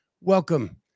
welcome